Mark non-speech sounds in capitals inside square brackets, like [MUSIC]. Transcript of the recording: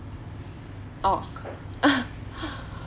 orh [LAUGHS]